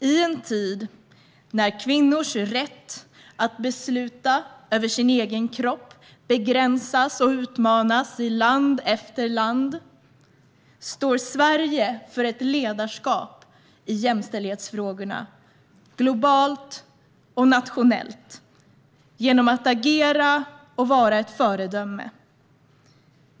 I en tid när kvinnors rätt att besluta över sin egen kropp begränsas och utmanas i land efter land står Sverige för ett ledarskap i jämställdhetsfrågorna, globalt och nationellt, genom att agera och vara ett föredöme.